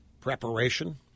preparation